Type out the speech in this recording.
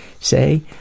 say